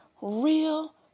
real